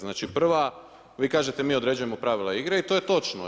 Znači prva, vi kažete mi određujemo pravila igre i to je točno.